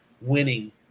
winning